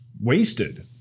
wasted